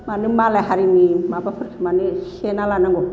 मानो मालाय हारिनि माबाफोरखौ मानो सेना लानांगौ